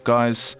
Guys